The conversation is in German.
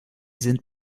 sind